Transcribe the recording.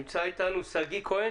שגיא כהן